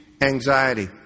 anxiety